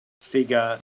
figure